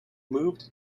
moved